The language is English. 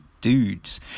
dudes